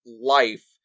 life